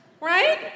right